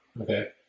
Okay